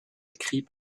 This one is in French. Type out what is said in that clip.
écrit